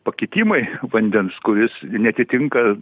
pakitimai vandens kuris neatitinka